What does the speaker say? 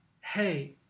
hey